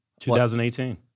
2018